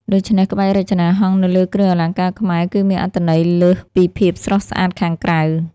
ដូច្នេះក្បាច់រចនាហង្សនៅលើគ្រឿងអលង្ការខ្មែរ គឺមានអត្ថន័យលើសពីភាពស្រស់ស្អាតខាងក្រៅ។